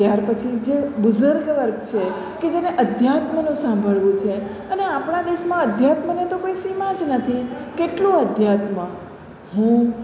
ત્યાર પછી જે બુઝુર્ગ વર્ગ છે કે જેને આધ્યાત્મનું સાંભળવું છે અને આપણા દેશમાં આધ્યાત્મને તો કોઈ સીમા જ નથી કેટલું આધ્યાત્મ હું